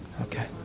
Okay